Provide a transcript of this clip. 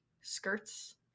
skirts